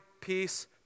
peace